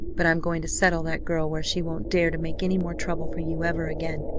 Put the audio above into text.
but i'm going to settle that girl where she won't dare to make any more trouble for you ever again.